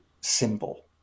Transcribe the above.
symbol